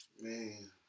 Man